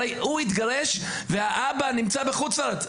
הרי הוא התגרש והאבא נמצא בחוץ לארץ,